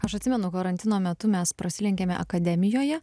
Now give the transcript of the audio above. aš atsimenu karantino metu mes prasilenkėme akademijoje